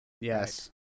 Yes